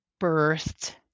birthed